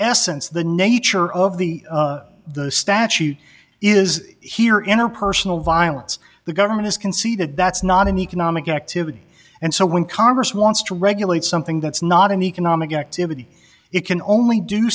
essence the nature of the the statute is here interpersonal violence the government is conceded that's not an economic activity and so when congress wants to regulate something that's not an economic activity it can only do